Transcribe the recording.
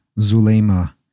Zulema